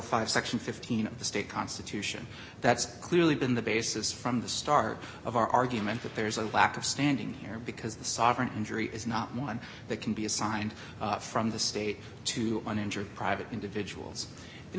five section fifteen of the state constitution that's clearly been the basis from the start of our argument that there's a lack of standing here because the sovereign injury is not one that can be assigned from the state to an injured private individuals and